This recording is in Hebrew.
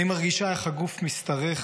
/ אני מרגישה איך הגוף משתרך,